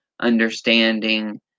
understanding